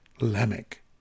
Lamech